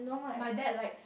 my dad likes